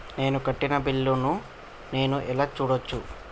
నేను కట్టిన బిల్లు ను నేను ఎలా చూడచ్చు?